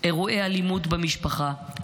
אירועי אלימות במשפחה,